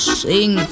sing